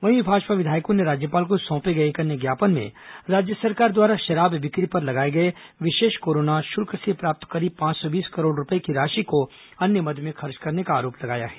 वहीं भाजपा विधायकों ने राज्यपाल को सौंपे गए एक अन्य ज्ञापन में राज्य सरकार द्वारा शराब बिक्री पर लगाए गए विशेष कोरोना शुल्क से प्राप्त करीब पांच सौ बीस करोड़ रूपये की राशि को अन्य मद में खर्च करने का आरोप लगाया है